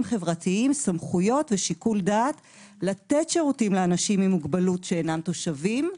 חברתיים סמכויות ושיקול דעת לתת שירותים לאנשים עם מוגבלות שאינם תושבים,